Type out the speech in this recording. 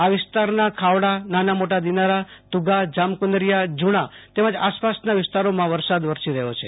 આ વિસ્તારના ખાવડાનાના મોટા દિનારા તુ ગાજામ કુનરીયાજુણા તેમજ આસ પાસના વિસ્તારોમાં વરસાદ વરસી રહ્યો છે